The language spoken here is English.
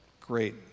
Great